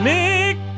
Nick